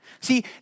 See